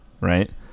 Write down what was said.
right